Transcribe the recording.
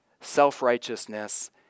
self-righteousness